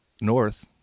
north